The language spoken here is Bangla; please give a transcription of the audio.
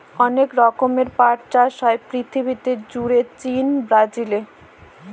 অনেক রকমের পাট চাষ হয় পৃথিবী জুড়ে চীন, ব্রাজিলে